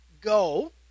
Go